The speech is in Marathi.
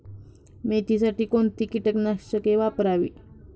मेथीसाठी कोणती कीटकनाशके वापरावी?